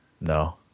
No